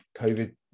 covid